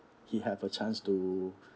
he have a chance to